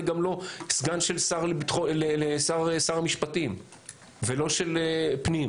גם לא סגן של שר המשפטים ולא של פנים,